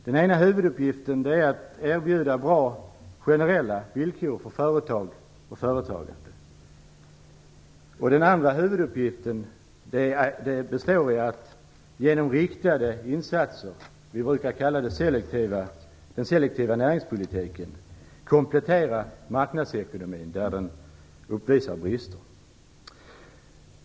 Den ena huvuduppgiften är att erbjuda bra, generella villkor för företag och företagande. Den andra huvuduppgiften består i att genom riktade insatser, som vi brukar kalla den selektiva näringspolitiken, komplettera marknadsekonomin där den uppvisar brister.